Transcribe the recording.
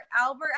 Albert